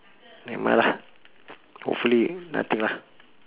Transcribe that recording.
never mind lah hopefully nothing lah